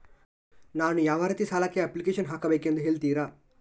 ನಾನು ಯಾವ ರೀತಿ ಸಾಲಕ್ಕೆ ಅಪ್ಲಿಕೇಶನ್ ಹಾಕಬೇಕೆಂದು ಹೇಳ್ತಿರಾ?